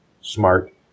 smart